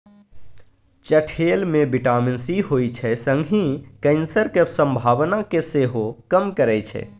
चठेल मे vitamin C होइ छै संगहि कैंसरक संभावना केँ सेहो कम करय छै